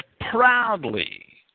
proudly